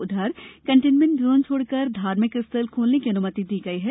उधर containment zone छोड़कर धार्मिक स्थल खोलने की अनुमति दी गई है